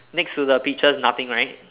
next to the peaches nothing right